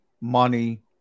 money